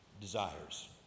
desires